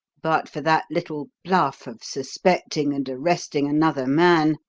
but for that little bluff of suspecting and arresting another man?